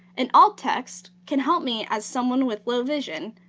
and alt text can help me as someone with low vision,